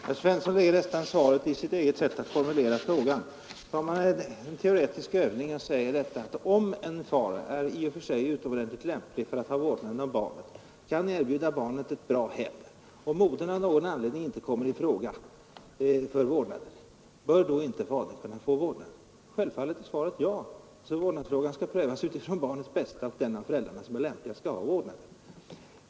Herr talman! Herr Svensson i Malmö ger nästan svaret genom sitt sätt att formulera frågan. Han frågar: Om en far är i och för sig utomordentligt lämplig för att ha vårdnaden och kan erbjuda barnet ett bra hem och modern av någon anledning inte kommer i fråga för vårdnaden, bör då inte fadern kunna få vårdnaden? Självfallet är svaret ja, eftersom vårdnadsfrågan skall prövas utifrån barnets bästa — den av föräldrarna som är lämpligast skall ha vårdnaden.